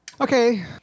Okay